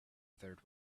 third